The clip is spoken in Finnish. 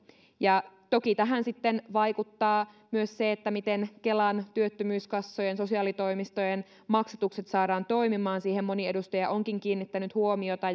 toki tähän vaikuttaa myös se miten kelan työttömyyskassojen sosiaalitoimistojen maksatukset saadaan toimimaan siihen moni edustaja onkin kiinnittänyt huomiota